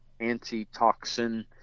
antitoxin